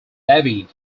levied